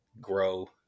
grow